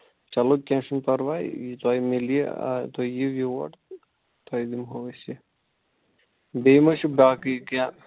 چلو کیٚنہہ چھُنہٕ پَرواے تۄہہِ میلہِ یہِ آ تُہۍ یِیِو یور تہٕ تۄہہِ دِمہو أسۍ یہِ بیٚیہِ مہ چھِ باقٕے کیٚنہہ